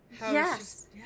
Yes